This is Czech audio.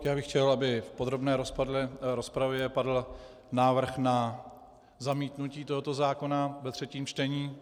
Já bych chtěl, aby v podrobné rozpravě padl návrh na zamítnutí tohoto zákona ve třetím čtení.